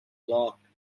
locked